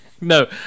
No